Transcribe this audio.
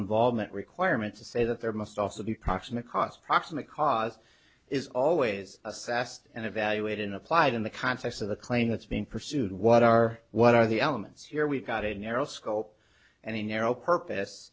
involvement requirement to say that there must also be proximate cause proximate cause is always assessed and evaluated in applied in the context of the claim that's being pursued what are what are the elements here we've got a narrow scope and a narrow purpose